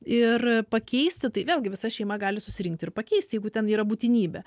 ir pakeisti tai vėlgi visa šeima gali susirinkt ir pakeisti jeigu ten yra būtinybė